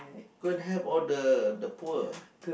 go and help all the the poor